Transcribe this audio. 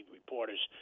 reporters